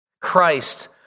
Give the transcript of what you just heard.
Christ